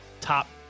top